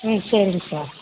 ம் சரிங்க சார்